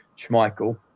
Schmeichel